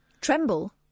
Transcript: Tremble